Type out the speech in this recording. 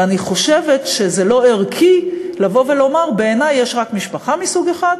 ואני חושבת שזה לא ערכי לבוא ולומר: בעיני יש רק משפחה מסוג אחד,